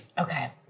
Okay